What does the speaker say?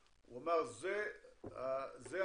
הוא אמר שזה הקציר